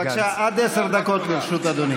בבקשה, עד עשר דקות לרשות אדוני.